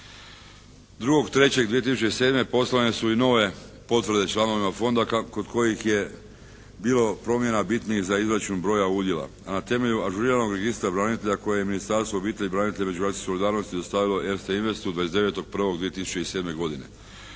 2.3.2007. poslane su i nove potvrde članovima Fonda kod kojih je bilo promjena bitnih za izračun broja udjela. A na temelju ažuriranog registra branitelja koje je Ministarstvo obitelji, branitelja i međugeneracijske solidarnosti dostavilo Erste investu 29.1.2007. godine.